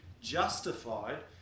justified